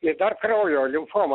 ir dar kraujo limfoma